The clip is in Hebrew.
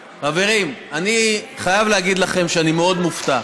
חברים, אני חייב להגיד לכם שאני מאוד מופתע.